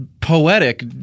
poetic